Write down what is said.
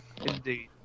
Indeed